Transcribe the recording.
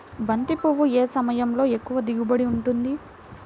బంతి పువ్వు ఏ సమయంలో ఎక్కువ దిగుబడి ఉంటుంది?